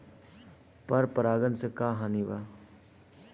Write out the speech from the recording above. पर परागण से का हानि बा?